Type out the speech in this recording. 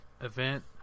event